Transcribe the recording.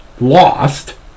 lost